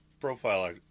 profile